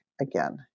again